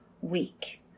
week